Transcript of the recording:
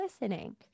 listening